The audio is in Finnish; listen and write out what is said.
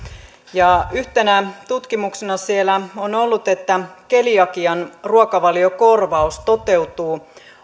yhtenä tutkimuksena siellä on ollut että keliakian ruokavaliokorvaus toteutuu